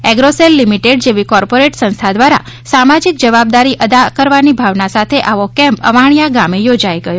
એશ્રોસેલ limited જેવી corporate સંસ્થા દ્વારા સામાજિક જવાબદારી અદા કરવાની ભાવના સાથે આવો કેમ્પ અવાણિયા ગામે યોજાઇ ગયો